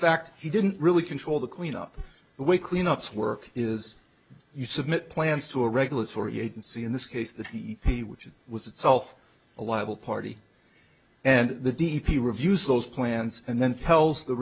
fact he didn't really control the cleanup the way cleanups work is you submit plans to a regulatory agency in this case that he was itself a liable party and the d p reviews those plans and then tells the